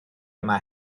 yma